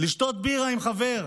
לשתות בירה עם חבר,